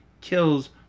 kills